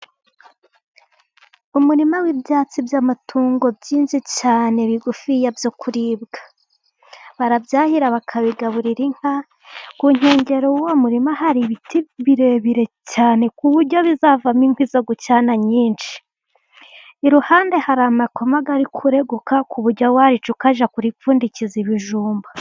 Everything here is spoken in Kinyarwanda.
Umurima w'ibyatsi by'amatungo byinshi cyane bigufi ya byo kuribwa. Barabyahira bakabigaburira inka. Ku nkengero y'umurima hari ibiti birebire cyane ku buryo bizavamo imkwi zo gucana nyinshi. Iruhande hari amakoma ari kureguka kuburyo warica ukajya kuripfundikiza ibijumba.